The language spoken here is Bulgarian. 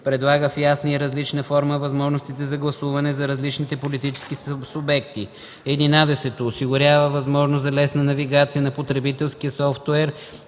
предлага в ясна и различима форма възможностите за гласуване за различните политически субекти; 11. осигурява възможност за лесна навигация на потребителския софтуер